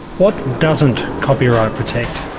what doesn't copyright protect?